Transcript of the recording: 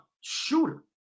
shooter